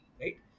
right